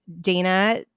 Dana